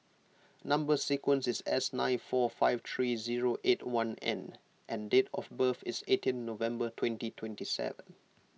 Number Sequence is S nine four five three zero eight one N and date of birth is eighteen November twenty twenty seven